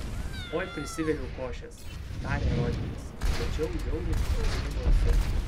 oi prisiviriau košės tarė rodžeris tačiau jau linksmesniu balsu